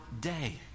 day